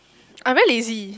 I very lazy